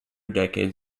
decades